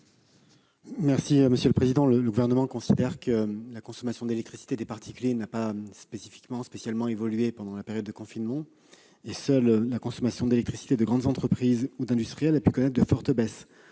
l'avis du Gouvernement ? Le Gouvernement considère que la consommation d'électricité des particuliers n'a pas spécialement évolué pendant la période de confinement et que seule la consommation d'électricité de grandes entreprises ou d'industriels a pu connaître de fortes baisses.